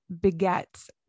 begets